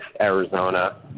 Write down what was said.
Arizona